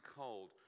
cold